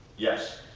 yes?